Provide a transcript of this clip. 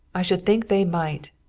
i should think they might.